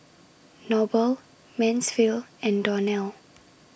Noble Mansfield and Donnell